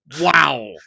Wow